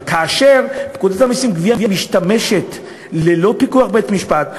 אבל כאשר פקודת המסים (גבייה) משמשת ללא פיקוח בית-משפט,